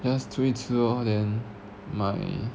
just 出去吃 lor then 买